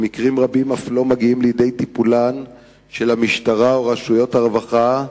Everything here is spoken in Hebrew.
מקרים רבים אף לא מגיעים לידי טיפולן של המשטרה או רשויות הרווחה,